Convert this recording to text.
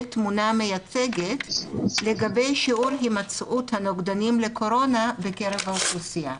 תמונה מייצגת לגבי שיעור הימצאות הנוגדנים לקורונה בקרב האוכלוסייה.